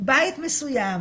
בית מסוים